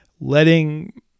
letting